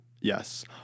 Yes